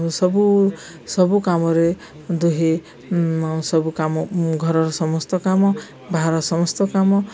ସବୁ ସବୁ କାମରେ ଦୁହେଁ ସବୁ କାମ ଘରର ସମସ୍ତ କାମ ବାହାର ସମସ୍ତ କାମ